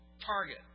target